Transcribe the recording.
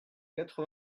quatre